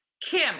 Kim